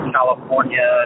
California